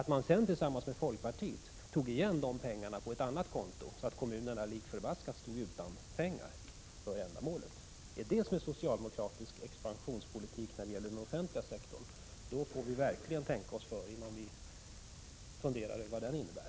Tillsammans med folkpartiet tog man sedan igen de pengarna på ett annat konto, så att kommunerna likafullt stod utan pengar till det avsedda ändamålet. Om det är så socialdemokratisk expansionspolitik fungerar när det gäller den offentliga sektorn, då får vi verkligen tänka oss för och fundera över vad den innebär.